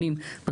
שנייה,